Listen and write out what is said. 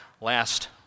last